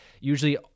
usually